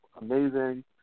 amazing